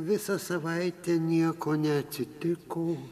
visą savaitę nieko neatsitiko